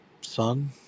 Son